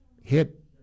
hit